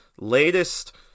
latest